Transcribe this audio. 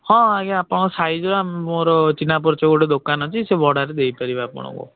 ହଁ ଆଜ୍ଞା ଆପଣଙ୍କ ସାଇଜ୍ର ମୋର ଚିହ୍ନା ପରିଚୟ ଗୋଟେ ଦୋକାନ ଅଛି ସେ ଭଡ଼ାରେ ଦେଇ ପାରିବ ଆପଣଙ୍କୁ